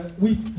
Oui